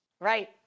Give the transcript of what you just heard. Right